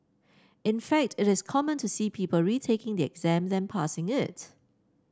in fact it is common to see people retaking the exam than passing it